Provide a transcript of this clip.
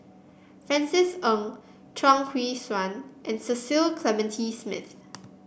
Francis Ng Chuang Hui Tsuan and Cecil Clementi Smith